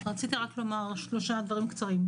רציתי רק לומר 3 דברים קצרים.